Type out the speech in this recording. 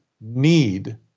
need